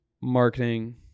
marketing